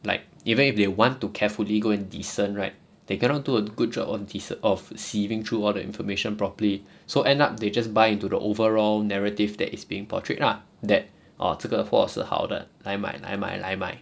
like even if they want to carefully go and discern right they cannot do a good job on discern~ of sieving through all the information properly so end up they just buy into the overall narrative that is being portrayed lah that orh 这个货是好的来买来买来买